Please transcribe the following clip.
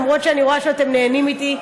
למרות שאני רואה שאתם נהנים איתי,